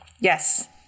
Yes